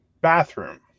bathroom